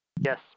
Yes